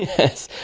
yes.